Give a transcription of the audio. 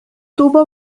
tuvo